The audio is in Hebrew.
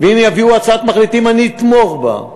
ואם יביאו הצעת מחליטים, אני אתמוך בה,